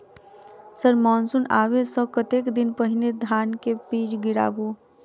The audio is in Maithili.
सर मानसून आबै सऽ कतेक दिन पहिने धान केँ बीज गिराबू?